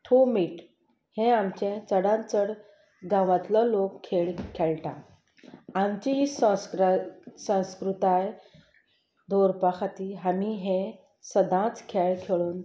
थू मीट हे आमचे चडांत चड गांवांतलो लोक खेळ खेळटात आमची ही संस्क्रा संस्कृताय दवरपा खातीर आमीं हें सदांच खेळ खेळूंक